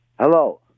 Hello